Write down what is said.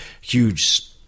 huge